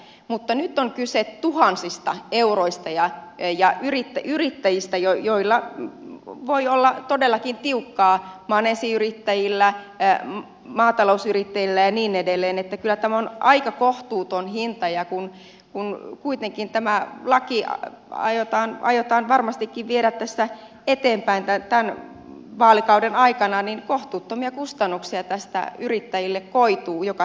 mutta nyt on kyse tuhansista euroista ja yrittäjistä joilla voi olla todellakin tiukkaa maneesiyrittäjillä maatalousyrittäjillä ja niin edelleen niin että kyllä tämä on aika kohtuuton hinta ja kun kuitenkin tämä laki aiotaan varmastikin viedä tässä eteenpäin tämän vaalikauden aikana niin kohtuuttomia kustannuksia tästä yrittäjille koituu joka tapauksessa